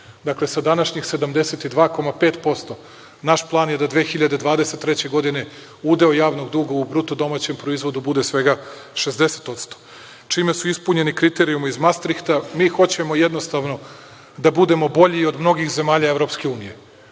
dakle, sa današnjih 72,5%, naš plan je da 2023. godine udeo javnog duga u BDP bude svega 60%, čime su ispunjeni kriterijumi iz Mastrihta. Mi hoćemo jednostavno da budemo bolji i od mnogih zemalja EU.